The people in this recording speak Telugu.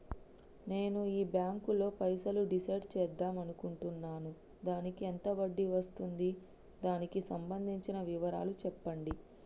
నేను ఈ బ్యాంకులో పైసలు డిసైడ్ చేద్దాం అనుకుంటున్నాను దానికి ఎంత వడ్డీ వస్తుంది దానికి సంబంధించిన వివరాలు చెప్పండి?